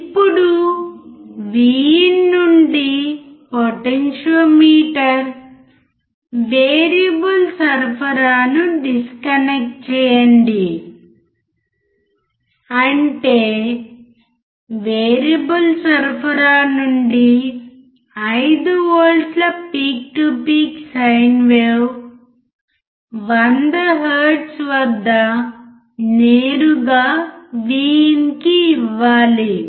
ఇప్పుడు VIN నుండి potentiometer variable సరఫరాను డిస్కనెక్ట్ చేయండి అంటే వేరియబుల్ సరఫరా నుండి 5 వోల్ట్ల peak to peak sine wave 100 hertz వద్ద నేరుగా VIN కి ఇవ్వాలి